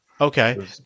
Okay